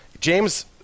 James